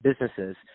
businesses